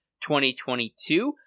2022